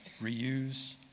reuse